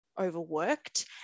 overworked